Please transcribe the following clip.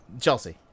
Chelsea